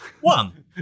One